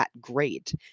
great